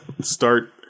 start